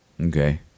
Okay